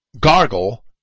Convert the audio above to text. gargle